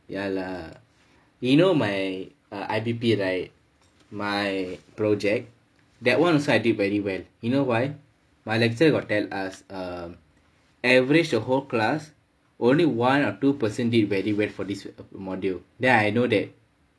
ya lah you know my I_B_P right my project that [one] also I did very well you know why my lecturer got tell us um average the whole class only one or two person did very well for this module then I know that